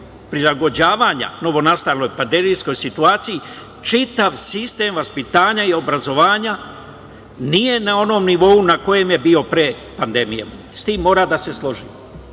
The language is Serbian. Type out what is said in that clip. prilagođavanja novnonastaloj pandemijskoj situaciji, čitav sistem vaspitanja i obrazovanja, nije na onom nivou na kojem je bio pre pandemije i sa tim moram da se